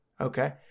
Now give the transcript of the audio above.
Okay